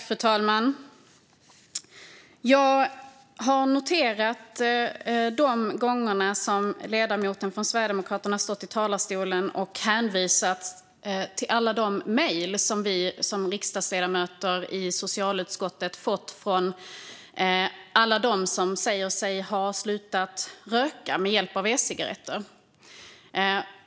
Fru talman! Jag har noterat de gånger som ledamoten från Sverigedemokraterna har stått i talarstolen och hänvisat till alla de mejl som vi riksdagsledamöter i socialutskottet har fått från alla som säger sig ha slutat röka med hjälp av e-cigaretter.